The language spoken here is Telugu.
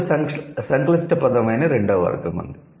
ఇప్పుడు సంక్లిష్ట పదం అయిన రెండవ వర్గం ఉంది